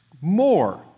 more